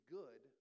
good